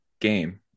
game